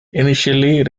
initially